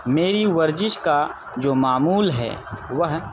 میری ورزش کا جو معمول ہے وہ